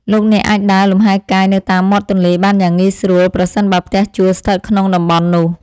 លោកអ្នកអាចដើរលំហែរកាយនៅតាមមាត់ទន្លេបានយ៉ាងងាយស្រួលប្រសិនបើផ្ទះជួលស្ថិតក្នុងតំបន់នោះ។